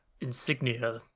insignia